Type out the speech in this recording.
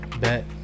bet